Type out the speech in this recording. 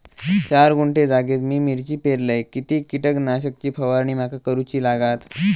चार गुंठे जागेत मी मिरची पेरलय किती कीटक नाशक ची फवारणी माका करूची लागात?